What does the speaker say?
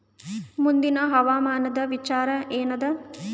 ಮುಂದಿನ ಹವಾಮಾನದ ವಿಚಾರ ಏನದ?